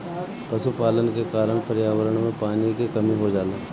पशुपालन के कारण पर्यावरण में पानी क कमी हो जाला